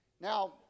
Now